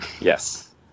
Yes